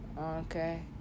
Okay